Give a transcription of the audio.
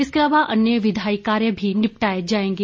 इसके अलावा अन्य विधायी कार्य भी निपटाए जाएंगे